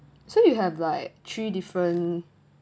so you have like three different